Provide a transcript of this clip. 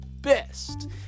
best